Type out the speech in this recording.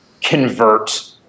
convert